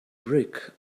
brick